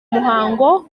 muhango